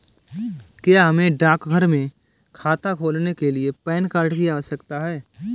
क्या हमें डाकघर में खाता खोलने के लिए पैन कार्ड की आवश्यकता है?